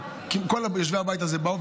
כל יושבי הבית הזה באו,